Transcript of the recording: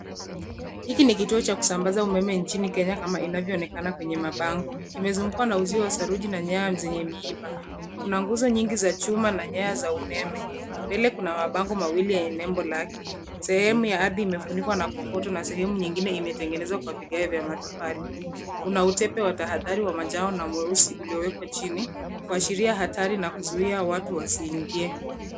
Hiki ni kituo cha kusambaza umeme nchini Kenya kama inavyoonekana kwenye mabango. Kimezungukwa na uzuio wa saruji na nyaya zenye miiba. Kuna nguzo nyingi za chuma na nyaya za umeme. Mbele kuna mabango mawili yenye nembo lake. Sehemu ya ardhi imefunikwa na kokoto na sehemu nyingine imetengenezwa kwa vigae vya matofali. Kuna utepe wa tahadhari wa manjano na mweusi uliowekwa chini kuashiria hatari na kuzuia watu wasiingie.